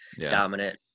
dominant